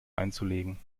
einzulegen